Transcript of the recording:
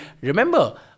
remember